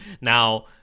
Now